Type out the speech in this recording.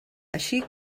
així